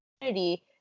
community